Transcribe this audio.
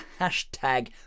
hashtag